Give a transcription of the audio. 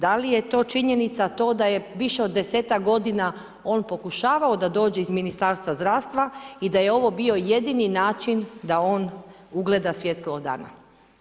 Da li je to činjenica to da je više od desetak godina on pokušavao da dođe iz Ministarstva zdravstva i da je ovo bio jedini način da on ugleda svjetlo dana.